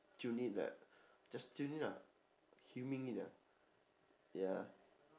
tune in [what] just tune in lah humming it ah ya